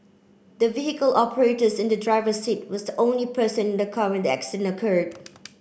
the vehicle operators in the driver seat was the only person in the car when the accident occurred